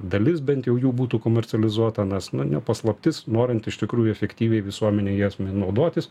dalis bent jau jų būtų komercializuota nes na ne paslaptis norint iš tikrųjų efektyviai visuomenei jas naudotis